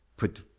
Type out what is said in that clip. put